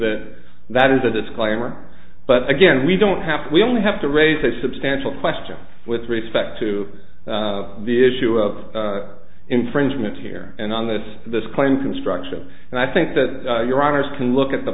that that is a disclaimer but again we don't have we only have to raise a substantial question with respect to the issue of infringement here and on this this claim construction and i think that your honour's can look at the